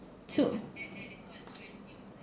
so